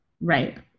Right